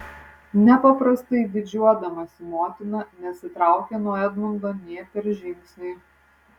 nepaprastai didžiuodamasi motina nesitraukė nuo edmundo nė per žingsnį